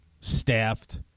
staffed